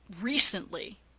recently